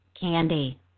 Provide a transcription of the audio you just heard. candy